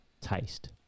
taste